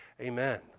amen